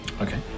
Okay